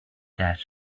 that